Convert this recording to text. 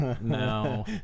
No